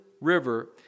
River